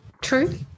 true